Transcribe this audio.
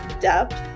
depth